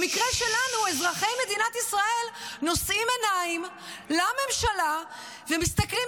במקרה שלנו אזרחי מדינת ישראל נושאים עיניים לממשלה ומסתכלים